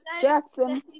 Jackson